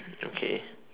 okay